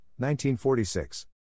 1946